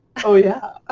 oh, yeah.